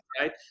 right